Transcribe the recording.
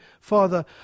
father